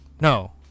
no